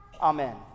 Amen